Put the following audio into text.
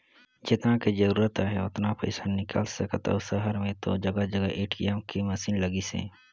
जेतना के जरूरत आहे ओतना पइसा निकाल सकथ अउ सहर में तो जघा जघा ए.टी.एम के मसीन लगिसे